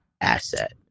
asset